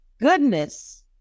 Goodness